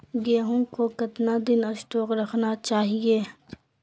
गेंहू को कितना दिन स्टोक रखना चाइए?